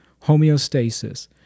homeostasis